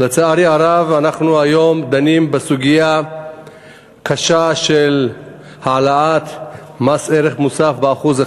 לצערי הרב אנחנו דנים היום בסוגיה קשה של העלאת מס ערך מוסף ב-1%,